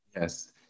yes